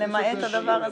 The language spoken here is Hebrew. למעט הדבר הזה?